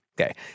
Okay